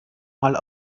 mal